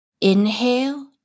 Inhale